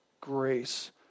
grace